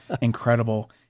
incredible